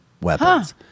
weapons